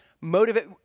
Motivate